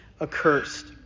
accursed